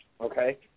okay